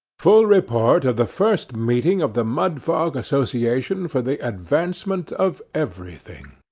full report of the first meeting of the mudfog association for the advancement of everything